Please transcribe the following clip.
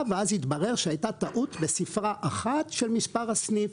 ואז התברר שהייתה טעות בספרה אחת של מספר הסניף.